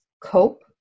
cope